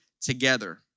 together